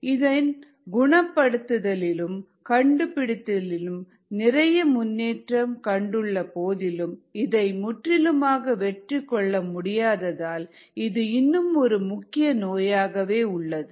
இதன் குணப்படுத்துதலிலும் கண்டுபிடிப்பதிலும் நிறைய முன்னேற்றம் கண்டுள்ள போதிலும் இதை முற்றிலுமாக வெற்றிகொள்ள முடியாததால் இது இன்னும் ஒரு முக்கிய நோயாக உள்ளது